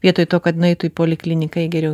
vietoj to kad nueitų į polikliniką į geriau